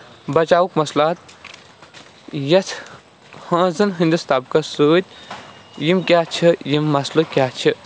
بَچاوُک مَثلات یَتھ ہٲنزن ہِندِس تَبکَس سۭتۍ یِم کیاہ چھِ یِم مَثلہٕ کیاہ چھِ